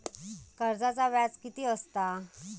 कर्जाचा व्याज कीती असता?